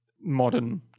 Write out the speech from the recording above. modern